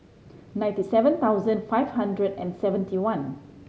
ninety seven thousand five hundred and seventy one